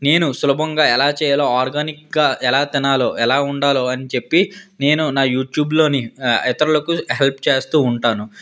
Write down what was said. నేను సులభంగా ఎలా చేయాలో ఆర్గానిక్గా ఎలా తినాలో ఎలా వుండాలో అని చెప్పి నేను నా యూట్యూబ్లోని ఇతరులకు హెల్ప్ చేస్తు ఉంటాను